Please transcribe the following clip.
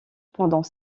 pendant